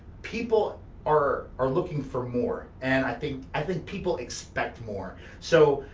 people are are looking for more and i think i think people expect more. so,